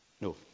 No